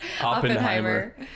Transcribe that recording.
Oppenheimer